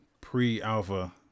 pre-alpha